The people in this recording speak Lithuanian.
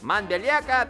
man belieka